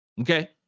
Okay